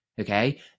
Okay